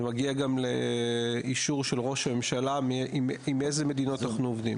ומגיע גם לאישור של ראש הממשלה עם איזה מדינות אנחנו עובדים.